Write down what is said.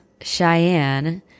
Cheyenne